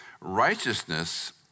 Righteousness